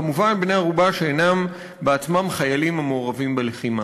כמובן בני-ערובה שאינם בעצמם חיילים המעורבים בלחימה.